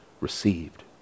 received